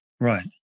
Right